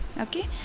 okay